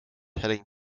heading